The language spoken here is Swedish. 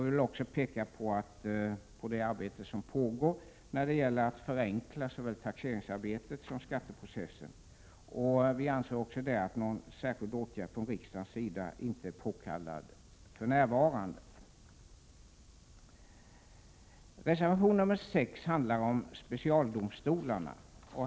Utskottet pekar även på det arbete som pågår när det gäller att förenkla såväl taxeringsarbetet som skatteprocessen och anser att någon åtgärd från riksdagens sida inte är påkallad för närvarande. Reservation nr 6 handlar om specialdomstolar.